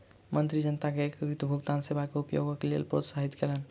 मंत्री जनता के एकीकृत भुगतान सेवा के उपयोगक लेल प्रोत्साहित कयलैन